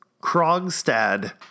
Krogstad